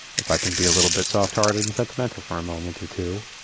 if i can be a little bit softhearted and sentimental for a moment or two,